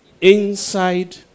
Inside